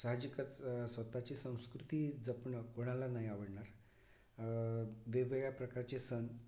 साहजिकच स्वतःची संस्कृती जपणं कोणाला नाही आवडणार वेगवेगळ्या प्रकारचे सण